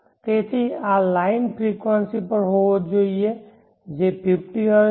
તેથી આ line frequency પર હોવી જોઈએ જે 50 હર્ટ્ઝ છે